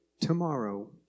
tomorrow